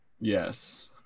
yes